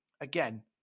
again